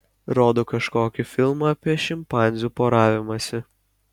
rodo kažkokį filmą apie šimpanzių poravimąsi